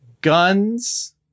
Guns